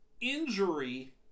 injury